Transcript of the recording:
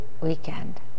weekend